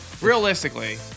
Realistically